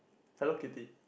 Hello-Kitty